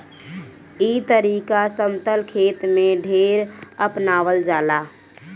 ई तरीका समतल खेत में ढेर अपनावल जाला